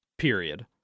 period